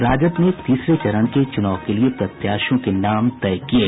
राजद ने तीसरे चरण के चुनाव के लिये प्रत्याशियों के नाम तय किये